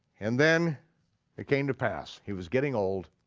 and then it came to pass, he was getting old,